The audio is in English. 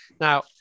Now